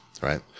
right